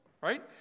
right